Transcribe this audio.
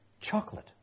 chocolate